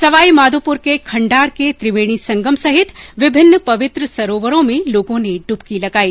सवाईमाधोपुर के खण्डार के त्रिवेणी संगम सहित विभिन्न पवित्र सरोवरों में लोगों ने डुबकी लगाई